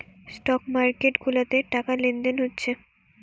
stock market গুলাতে টাকা লেনদেন হচ্ছে